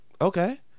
Okay